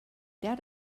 that